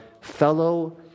fellow